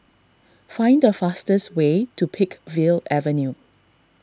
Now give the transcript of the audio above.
find the fastest way to Peakville Avenue